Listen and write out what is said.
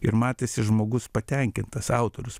ir matėsi žmogus patenkintas autorius